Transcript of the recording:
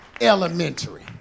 elementary